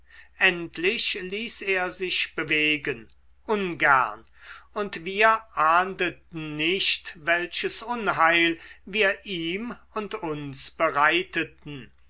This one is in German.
endlich ließ er sich bewegen ungern und wir ahndeten nicht welches unheil wir ihm und uns bereiteten